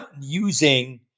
using